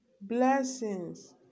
blessings